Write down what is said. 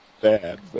Bad